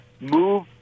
move